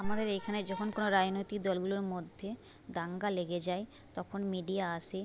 আমাদের এখানে যখন কোনো রাজনৈতিক দলগুলোর মধ্যে দাঙ্গা লেগে যায় তখন মিডিয়া আসে